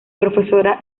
profesora